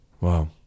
Wow